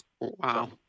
Wow